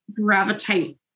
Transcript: gravitate